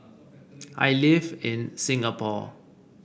I live in Singapore